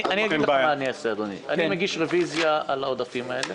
אגיד לך מה אעשה: אגיש רוויזיה על העודפים האלה,